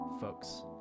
folks